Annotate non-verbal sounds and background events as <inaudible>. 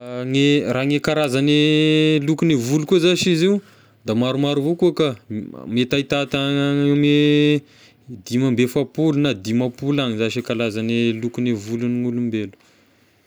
<hesitation> Gne raha gne karaza ny lokon'ny volo koa zashy izy io da maromaro avao koa kah, <hesitation> mety ahitata agny ame dimy amby efapolo na dimapolo agny zashy karaza ny lokon'ny volon'olombelo.